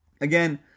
again